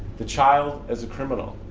the child as a criminal,